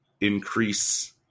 increase